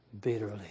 bitterly